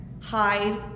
hide